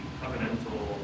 covenantal